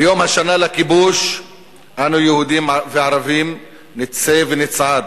ביום השנה לכיבוש אנו, יהודים וערבים, נצא ונצעד,